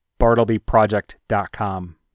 BartlebyProject.com